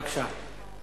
בבקשה.